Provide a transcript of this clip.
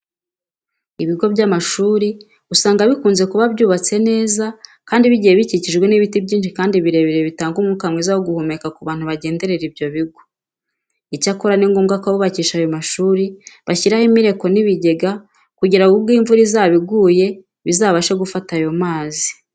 Ibigo by'amashuri usanga bikunze kuba byubatse neza kandi bigiye bikikijwe n'ibiti byinshi kandi birebire bitanga umwuka mwiza wo guhumeka ku bantu bagenderera ibyo bigo. Icyakora ni ngombwa ko abubakisha ayo mashuri bashyiraho imireko n'ibigega kugira ngo ubwo imvura izaba iguye bizabashe gufata ayo mazi.